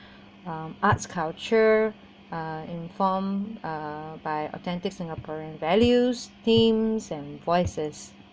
um arts culture uh inform uh by authentic singaporean values themes and voices